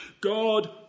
God